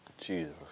Jesus